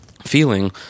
Feeling